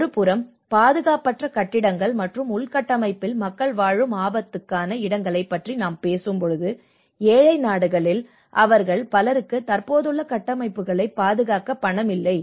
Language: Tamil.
ஒருபுறம் பாதுகாப்பற்ற கட்டிடங்கள் மற்றும் உள்கட்டமைப்பில் மக்கள் வாழும் ஆபத்தான இடங்களைப் பற்றி நாம் பேசும்போது ஏழை நாடுகளில் அவர்களில் பலருக்கு தற்போதுள்ள கட்டமைப்புகளைப் பாதுகாக்க பணம் இல்லை